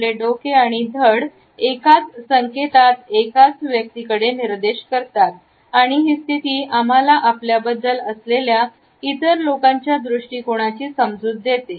आपले डोके आणि धड एकाच संकेतात एकाच व्यक्तीकडे निर्देश करतात आणि ही स्थिती आम्हाला आपल्याबद्दल असलेल्या इतर लोकांच्या दृष्टिकोनाची समजूत देते